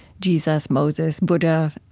jesus, moses, buddha,